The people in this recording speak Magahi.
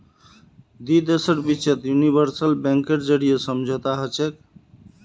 दी देशेर बिचत यूनिवर्सल बैंकेर जरीए समझौता हछेक